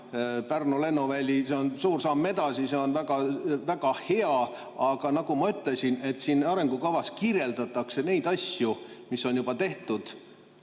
Pärnu lennuväli, see on suur samm edasi, see on väga-väga hea. Aga nagu ma ütlesin, siin arengukavas kirjeldatakse neid asju, mis on juba tehtud.